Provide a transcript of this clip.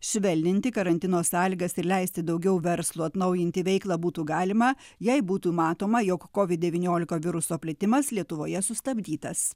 švelninti karantino sąlygas ir leisti daugiau verslų atnaujinti veiklą būtų galima jei būtų matoma jog covid devyniolika viruso plitimas lietuvoje sustabdytas